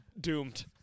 doomed